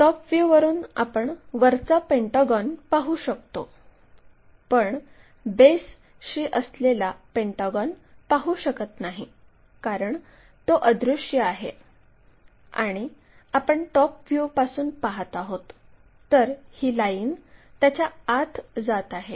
top व्ह्यूवरून आपण वरचा पेंटागॉन पाहु शकतो पण बेसशी असलेला पेंटागॉन पाहू शकत नाही कारण तो अदृश्य आहे आणि आपण टॉप व्ह्यूपासून पहात आहोत तर ही लाईन त्याच्या आत जात आहे